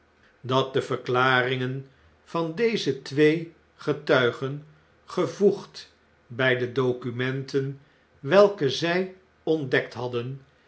dat de verklaringen van deze twee getuigen gevoegd by de documenten welke zjj ontdekt hadden